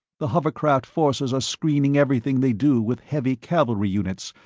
the hovercraft forces are screening everything they do with heavy cavalry units.